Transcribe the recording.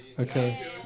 Okay